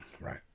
right